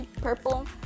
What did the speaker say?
Purple